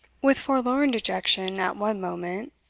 with forlorn dejection at one moment,